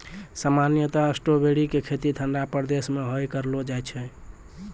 सामान्यतया स्ट्राबेरी के खेती ठंडा प्रदेश मॅ ही करलो जाय छै